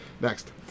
Next